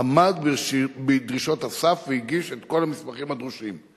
עמד בדרישות הסף והגיש את כל המסמכים הדרושים.